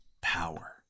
power